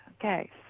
Okay